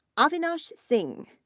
avinash singh,